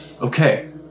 Okay